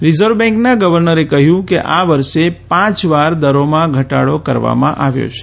reserve બેન્કના ગવર્નરે કહ્યું કે આ વર્ષે પાંચ વાર દરોમાં ઘટાડો કરવામાં આવ્યો છે